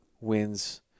wins